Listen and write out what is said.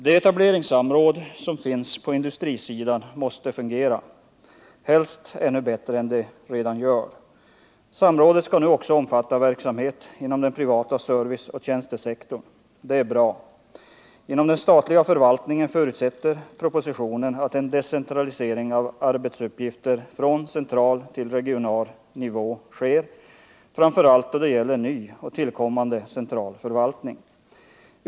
Det etableringssamråd som finns på industrisidan måste fungera — helst ännu bättre än det redan gör. Samrådet skall nu också omfatta verksamhet inom den privata serviceoch tjänstesektorn. Det är bra. Inom den statliga förvaltningen förutsätter propositionen att en decentralisering av arbetsuppgifter från central till regional nivå sker, framför allt då det gäller ny och tillkommande central förvaltning.